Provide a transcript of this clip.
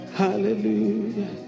hallelujah